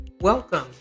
Welcome